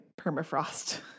permafrost